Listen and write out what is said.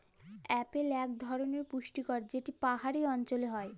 apple ইক ধরলের পুষ্টিকর ফল যেট পাহাড়ি অল্চলে হ্যয়